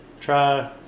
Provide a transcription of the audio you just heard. try